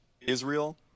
Israel